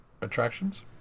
attractions